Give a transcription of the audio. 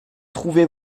trouver